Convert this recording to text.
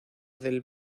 del